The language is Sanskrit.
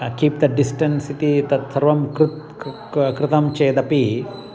कीप् द डिस्टन्स् इति तत् सर्वं कृते कृते क्व कृतं चेदपि